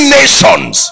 nations